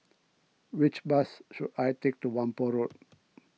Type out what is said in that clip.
which bus should I take to Whampoa Road